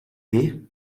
weh